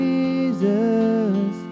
Jesus